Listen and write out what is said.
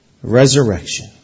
resurrection